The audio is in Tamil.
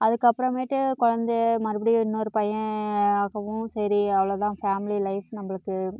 அதுக்கப்புறமேட்டு குழந்தை மறுபடியும் இன்னொரு பையன் ஆகவும் சரி அவ்வளோ தான் ஃபேமிலி லைஃப் நம்மளுக்கு